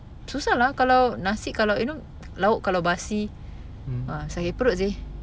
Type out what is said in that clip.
mmhmm